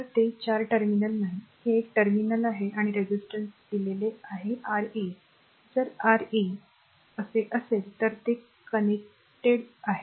तर ते 4 टर्मिनल नाही हे एक टर्मिनल आहे आणि resistances दिलेली आहे R a जर Ra w असे असेल तर ते कनेक्टेड आहे